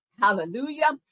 Hallelujah